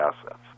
assets